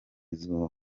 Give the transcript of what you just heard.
izuba